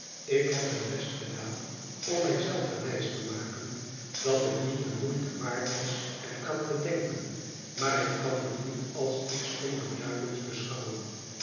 ik heb mijn best gedaan om mij zelve wijs te maken dat het niet de moeite waard was er aan te denken maar ik kan het niet als iets onbeduidends beschouwen